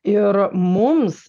ir mums